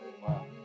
wow